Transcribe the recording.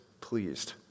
pleased